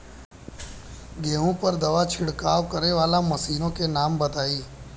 गेहूँ पर दवा छिड़काव करेवाला मशीनों के नाम बताई?